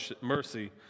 mercy